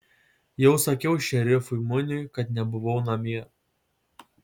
jau sakiau šerifui muniui kad nebuvau namie